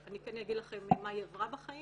אבל כן אגיד לכם מה היא עברה בחיים.